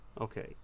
Okay